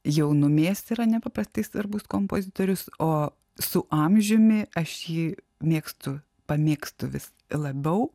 jaunumės yra nepaprastai svarbus kompozitorius o su amžiumi aš jį mėgstu pamėgstu vis labiau